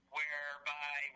whereby